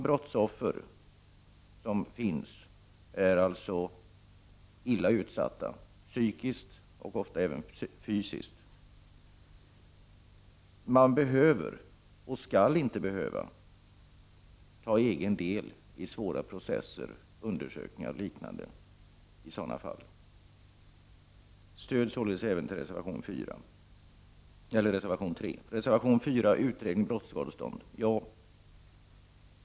Brottsoffer är illa utsatta psykiskt och ofta även fysiskt. Man skall inte behöva ta egen del i svåra processer, undersökningar och liknande i sådana fall. Jag ger således mitt stöd även till reservation 3. Reservation 4 handlar om utredning om brottsskadestånd.